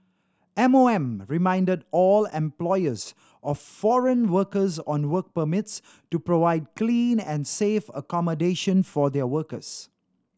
M O M reminded all employers of foreign workers on work permits to provide clean and safe accommodation for their workers